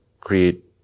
create